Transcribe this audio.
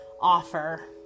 offer